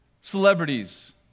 celebrities